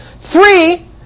Three